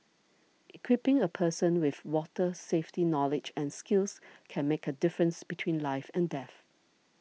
equipping a person with water safety knowledge and skills can make a difference between life and death